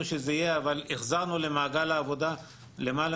שזה יהיה אבל החזרנו למעגל העבודה למעלה